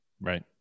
Right